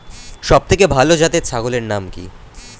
সবথেকে ভালো জাতের ছাগলের নাম কি?